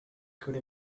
could